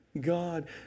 God